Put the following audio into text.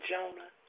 Jonah